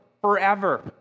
forever